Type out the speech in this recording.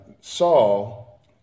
Saul